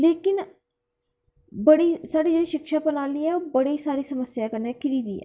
लेकिन बड़ी सारी साढ़ी शिक्षा प्रणाली ऐ ओह् समस्या कन्नै घिरी दी ऐ